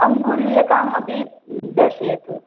अङ्गुलीयकम् अपि दर्शयतु